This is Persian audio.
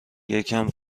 یکم